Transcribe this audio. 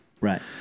right